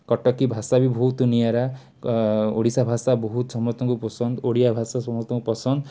କଟକିଭାଷା ବି ବହୁତ ନିଆରା ଓଡ଼ିଶାଭାଷା ବହୁତ ସମସ୍ତଙ୍କୁ ପସନ୍ଦ ଓଡ଼ିଆଭାଷା ସମସ୍ତଙ୍କୁ ପସନ୍ଦ